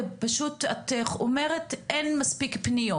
ופשוט את אומרת אין מספיק מפניות.